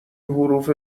حروف